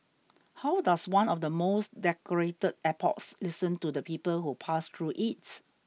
how does one of the most decorated airports listen to the people who pass through it